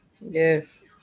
Yes